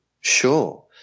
Sure